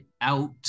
out